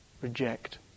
Reject